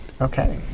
okay